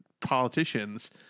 politicians –